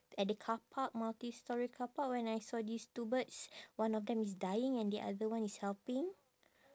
at the carpark multi-storey carpark when I saw these two birds one of them is dying and the other one is helping